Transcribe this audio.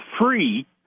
free